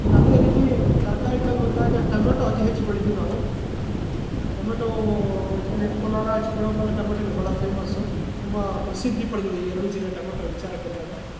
ಇನ್ನು ಅದೇ ರೀತಿ ತರಕಾರಿಗಳಲ್ಲಿ ಬಂದಾಗ ಟೊಮೆಟೊ ಅತಿ ಹೆಚ್ಚು ಬೆಳೀತೀವಿ ನಾವು ಟೊಮೆಟೊ ಜಿಲ್ಲೆ ಕೋಲಾರ ಚಿಕ್ಕಬಳ್ಳಾಪುರ ಟೊಮಟೊಗೆ ಬಹಳ ಫೇಮಸ್ಸು ತುಂಬ ಪ್ರಸಿದ್ಧಿ ಪಡೆದಿದೆ ಈ ಎರಡು ಜಿಲ್ಲೆ ಟೊಮಟೊ ವಿಚಾರಕ್ಕೆ ಬಂದಾಗ